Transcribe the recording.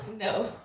No